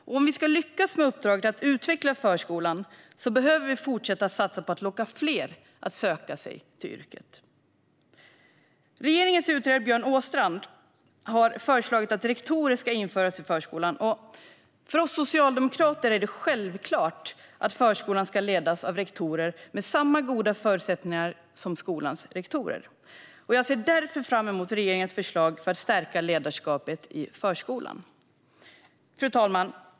Om vi ska lyckas med uppdraget att utveckla förskolan behöver man fortsätta att satsa på att locka fler att söka sig till yrket. Regeringens utredare Björn Åstrand har föreslagit att rektorer ska införas i förskolan. För oss socialdemokrater är det självklart att förskolan ska ledas av rektorer med samma goda förutsättningar som skolans rektorer. Jag ser därför fram emot regeringens förslag för att stärka ledarskapet i förskolan. Fru talman!